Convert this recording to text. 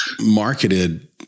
marketed